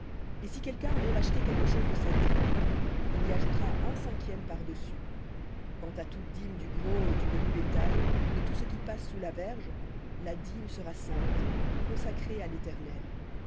et si quelqu'un veut racheter quelque chose de sa dîme il y ajoutera un cinquième par-dessus quant à toute dîme du gros et du menu bétail de tout ce qui passe sous la verge la dîme sera sainte à l'éternel